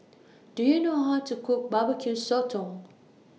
Do YOU know How to Cook Barbecue Sotong